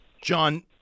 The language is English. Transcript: John